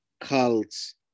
cults